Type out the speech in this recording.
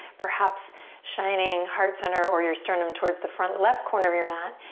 perhaps shining heart center or your sternum towards the front left corner of your mat.